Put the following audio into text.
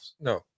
no